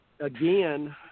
Again